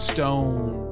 Stone